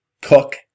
cook